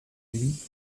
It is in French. louis